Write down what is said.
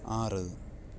ആറ്